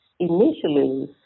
initially